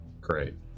great